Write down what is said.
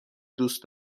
دوست